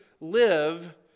live